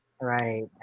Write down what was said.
right